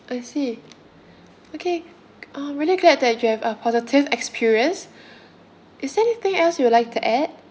I see okay I'm really glad that you have a positive experience is there anything else you would like to add